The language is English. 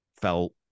felt